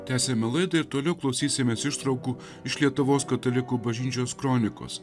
tęsiame laidų ir toliau klausysimės ištraukų iš lietuvos katalikų bažnyčios kronikos